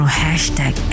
hashtag